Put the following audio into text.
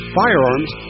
firearms